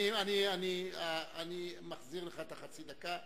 אני מחזיר לך את חצי הדקה,